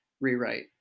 rewrite